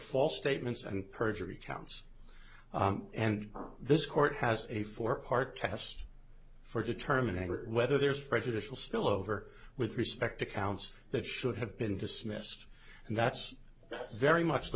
false statements and perjury counts and this court has a four part test for determining whether there's prejudicial still over with respect to counts that should have been dismissed and that's very much the